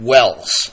Wells